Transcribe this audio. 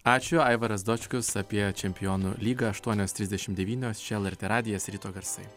ačiū aivaras dočkus apie čempionų lygą aštuonios trisdešimt devynios čia lrt radijas ryto garsai